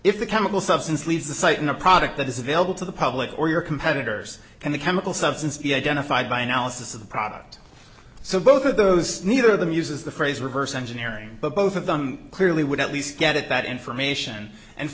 if the chemical substance leaves the site in a product that is available to the public or your competitors and the chemical substance be identified by analysis of the product so both of those neither of them uses the phrase reverse engineering but both of them clearly would at least get at that information and